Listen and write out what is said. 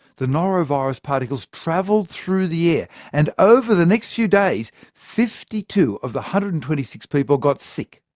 the norovirus particles travelled through the air and over the next few days, fifty two of the one hundred and twenty six people got sick.